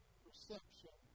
perception